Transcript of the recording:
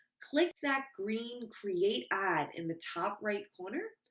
click that green create ad in the top right corner.